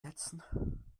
setzen